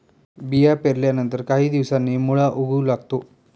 बिया पेरल्यानंतर काही दिवसांनी मुळा उगवू लागतो